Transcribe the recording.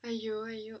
!aiyo! !aiyo!